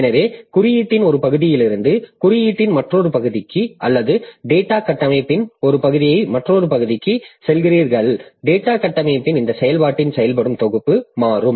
எனவே குறியீட்டின் ஒரு பகுதியிலிருந்து குறியீட்டின் மற்றொரு பகுதிக்கு அல்லது டேட்டா கட்டமைப்பின் ஒரு பகுதியை மற்றொரு பகுதிக்கு செல்கிறீர்கள் டேட்டா கட்டமைப்பின் இந்த செயல்பாட்டின் செயல்படும் தொகுப்பு மாறும்